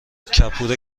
کپور